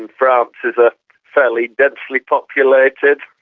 and france is a fairly densely populated,